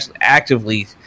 actively